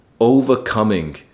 Overcoming